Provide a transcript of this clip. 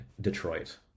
Detroit